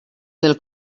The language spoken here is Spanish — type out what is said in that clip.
del